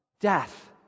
death